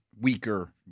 weaker